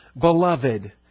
beloved